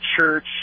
church